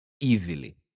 easily